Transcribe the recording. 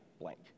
blank